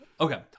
Okay